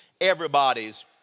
everybody's